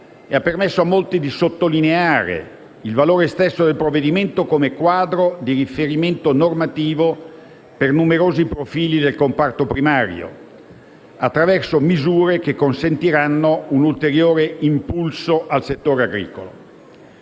e ha consentito a molti di sottolineare il valore stesso del provvedimento come quadro di riferimento normativo per numerosi profili del comparto primario, attraverso misure che consentiranno di dare un ulteriore impulso al settore agricolo.